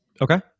Okay